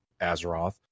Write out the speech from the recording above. Azeroth